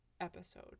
episode